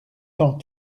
tant